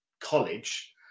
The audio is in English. college